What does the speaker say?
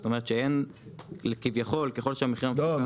זאת אומרת שכביכול ככל שהמחיר מפוקח --- לא,